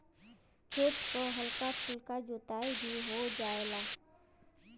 खेत क हल्का फुल्का जोताई भी हो जायेला